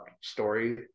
story